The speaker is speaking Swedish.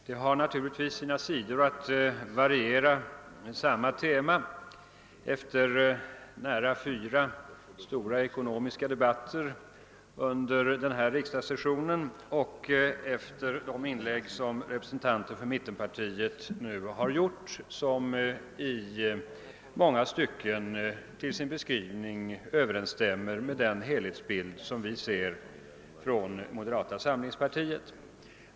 Det har naturligtvis sina sidor att variera samma tema efter fyra stora ekonomiska debatter under denna riksdagssession och efter de inlägg som representanter för mittenpartierna nu har gjort, där redovisningar lämnats som i många stycken överensstämmer med helhetsbilden, sådan som vi inom moderata samlingspartiet ser den.